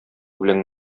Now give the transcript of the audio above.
белән